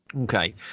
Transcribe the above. Okay